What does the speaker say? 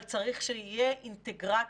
אבל צריך שיהיה אינטגרטור,